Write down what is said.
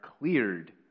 cleared